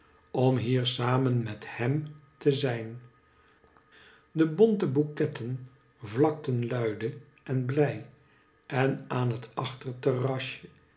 om hier samen met hem te zijn de bonte boeketten vlakten luide en blij en aan het